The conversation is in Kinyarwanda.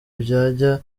byajya